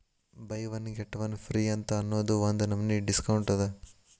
by one get one free ಅಂತ್ ಅನ್ನೂದು ಒಂದ್ ನಮನಿ ಡಿಸ್ಕೌಂಟ್ ಅದ